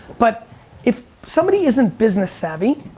but if somebody isn't business savvy,